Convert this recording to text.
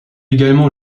également